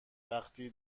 وقتی